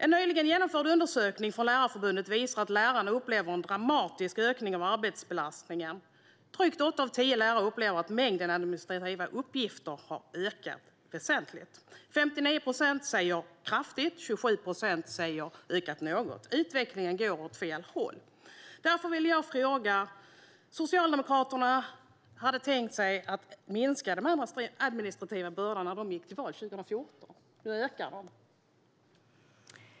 En nyligen genomförd undersökning från Lärarförbundet visar att lärarna upplever en dramatisk ökning av arbetsbelastningen. Drygt åtta av tio lärare upplever att mängden administrativa uppgifter har ökat väsentligt. 59 procent säger att den har ökat kraftigt, och 27 procent säger att den har ökat något. Utvecklingen går åt fel håll. Därför vill jag ställa min fråga. Socialdemokraterna hade tänkt sig att minska den administrativa bördan när de gick till val 2014. Nu ökar den.